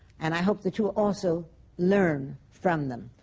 and i hope that you'll also learn from them.